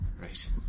Right